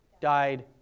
died